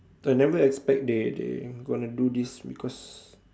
I never expect they they gonna do this because